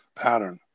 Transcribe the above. pattern